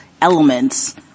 elements